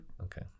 okay